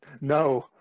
No